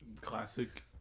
Classic